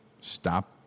stop